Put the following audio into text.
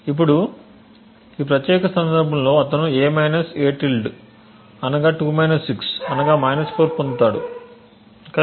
ఇప్పుడు ఈ ప్రత్యేక సందర్భంలో అతను a - a అనగా 2 6 అనగా 4 ను పొందుతాడు కదా